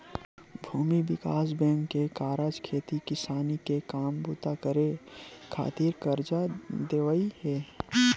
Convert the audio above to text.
भूमि बिकास बेंक के कारज खेती किसानी के काम बूता करे खातिर करजा देवई हे